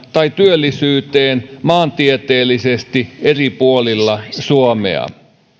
tai työllisyyteen maantieteellisesti eri puolilla suomea